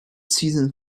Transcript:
season